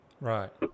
Right